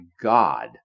God